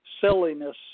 silliness